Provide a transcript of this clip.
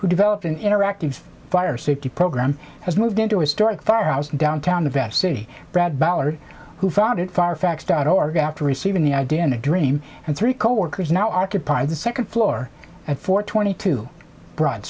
who developed an interactive fire safety program has moved into historic thought i was downtown the best city brad ballard who founded far facts dot org after receiving the identity dream and three coworkers now occupied the second floor at four twenty two broad